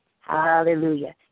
hallelujah